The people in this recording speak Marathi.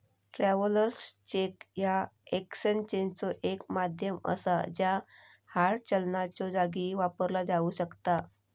ट्रॅव्हलर्स चेक ह्या एक्सचेंजचो एक माध्यम असा ज्या हार्ड चलनाच्यो जागी वापरला जाऊ शकता